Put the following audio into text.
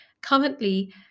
Currently